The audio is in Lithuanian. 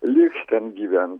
liks ten gyvent